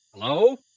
hello